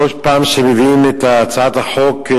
כל פעם שמביאים את הצעת החוק,